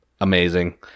amazing